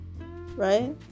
right